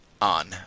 on